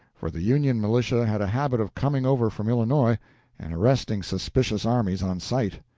for the union militia had a habit of coming over from illinois and arresting suspicious armies on sight.